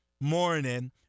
morning